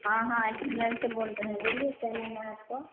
हाँ हाँ रेस्टोरेंट से बोल रहे हैं बोलिए क्या लेना है आपको